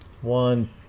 one